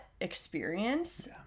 experience